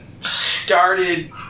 started